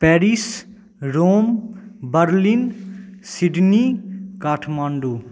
Paris Rome Berlin Sydney Kathmandu